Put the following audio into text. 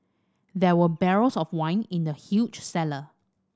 there were barrels of wine in the huge cellar